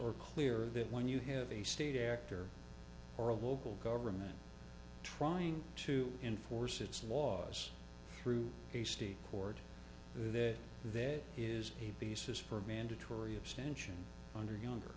or clear that when you have a state actor or a local government trying to enforce its laws through a state court that that is a basis for mandatory abstention under younger